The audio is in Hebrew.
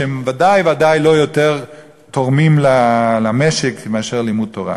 שהם ודאי ודאי לא תורמים למשק יותר מאשר לימוד תורה,